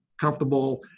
comfortable